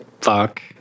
fuck